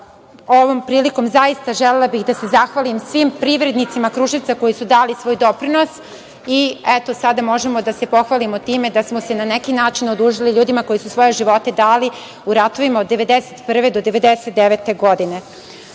Ovom prilikom zaista želela bih da se zahvalim svim privrednicima Kruševca koji su dali svoj doprinos i eto sada možemo da se pohvalimo time da smo se na neki način odužili ljudima koji su svoje živote dali u ratovima od 1991. godine